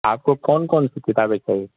آپ کو کون کون سی کتابیں چاہیے